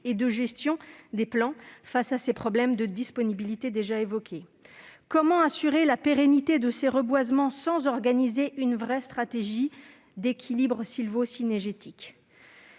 de gestion des plants face aux problèmes de disponibilité déjà évoqués ? Comment assurer la pérennité de ces reboisements sans organiser une véritable stratégie d'équilibre sylvocynégétique ?